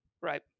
Right